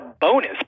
bonus